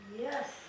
Yes